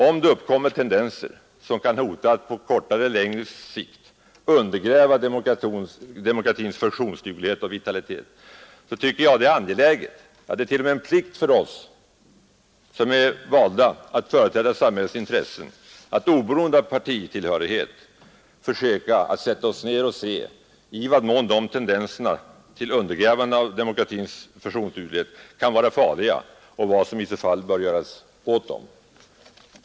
Om det uppkommer tendenser som kan hota att på kortare eller längre sikt undergräva demokratins funktionsduglighet och vitalitet, tycker jag att det är angeläget, t.o.m. en plikt för oss som är valda att företräda samhällets intressen, att oberoende av partitillhörighet försöka att sätta oss ned och se i vad mån dessa tendenser till undergrävande av demokratins funktionsduglighet kan vara farliga och vad som i så fall bör göras åt dem.